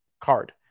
card